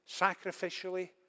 sacrificially